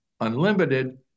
unlimited